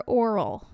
oral